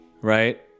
right